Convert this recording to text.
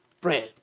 bread